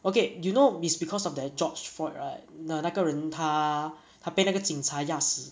okay you know it's because of that george floyd right 那那个人他他被那个警察压死